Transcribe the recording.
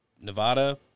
Nevada